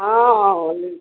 हाँ